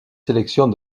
sélections